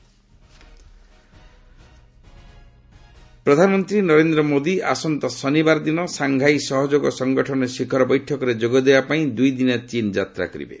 PM China visit ପ୍ରଧାନମନ୍ତ୍ରୀ ନରେନ୍ଦ୍ର ମୋଦି ଆସନ୍ତା ଶନିବାର ଦିନ ସାଙ୍ଘାଇ ସହଯୋଗ ସଂଗଠନ ଶିଖର ବୈଠକରେ ଯୋଗ ଦେବା ପାଇଁ ଦୁଇଦିନିଆ ଚୀନ୍ ଯାତ୍ରା କରିବେ